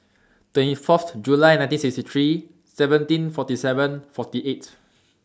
twenty four July nineteen sixty three seventeen forty seven forty eight